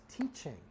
teaching